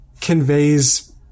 conveys